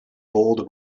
bowled